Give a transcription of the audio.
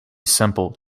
simple